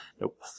Nope